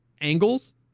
angles